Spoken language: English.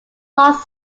lost